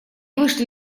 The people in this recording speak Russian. вышли